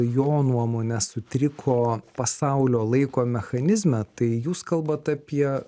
jo nuomone sutriko pasaulio laiko mechanizme tai jūs kalbat apie